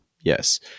yes